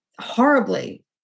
horribly